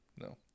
No